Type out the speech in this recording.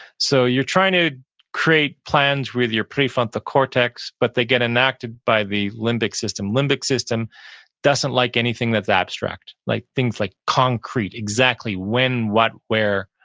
so you're trying to create plans with your prefrontal cortex but they get enacted by the limbic system. limbic system doesn't like anything that's abstract, like things like concrete, exactly when, what, where,